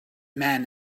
man